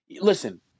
Listen